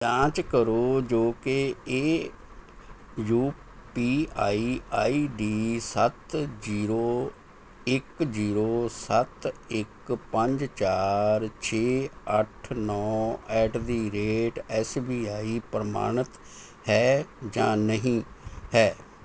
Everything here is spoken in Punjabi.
ਜਾਂਚ ਕਰੋ ਜੋ ਕਿ ਇਹ U P I I D ਸੱਤ ਜੀਰੋ ਇੱਕ ਜੀਰੋ ਸੱਤ ਇੱਕ ਪੰਜ ਚਾਰ ਛੇ ਅੱਠ ਨੌਂ at the rate S B I ਪ੍ਰਮਾਣਿਤ ਹੈ ਜਾਂ ਨਹੀਂ ਹੈ